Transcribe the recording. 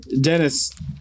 Dennis